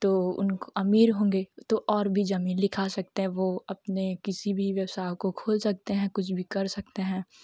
तो उनको अमीर होंगे तो और भी ज़मीन लिखा सकते हैं वह अपने किसी भी व्यवसायिक को खुद दे सकते हैं कुछ भी कर सकते हैं